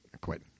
quit